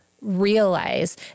realize